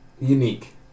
unique